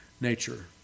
nature